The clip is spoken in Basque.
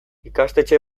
ikastetxe